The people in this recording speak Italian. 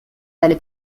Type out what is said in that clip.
delle